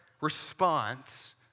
response